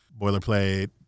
Boilerplate